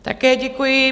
Také děkuji.